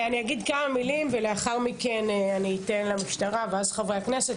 אני אגיד כמה מילים ולאחר מכן אני אתן למשטרה ולחברי הכנסת,